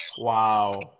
Wow